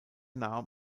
nahm